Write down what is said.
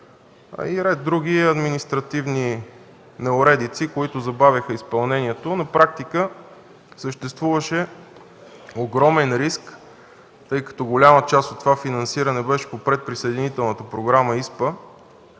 и ред други административни неуредици, които забавиха изпълнението. На практика, тъй като голяма част от това финансиране беше по Предприсъединителната програма ИСПА,